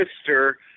sister